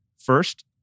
first